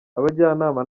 abajyanama